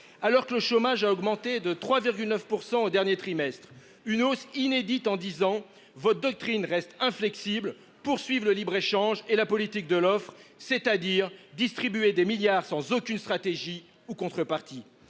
Alors que le chômage a augmenté de 3,9 % au dernier trimestre, une hausse inédite en dix ans, votre doctrine reste inflexible : poursuivre le libre échange et la politique de l’offre, c’est à dire distribuer des milliards sans aucune stratégie ni contrepartie !